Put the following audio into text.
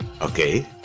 okay